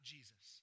Jesus